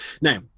Now